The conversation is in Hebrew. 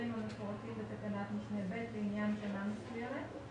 המפורטים בתקנת משנה (ב) לעניין שנה מסוימת,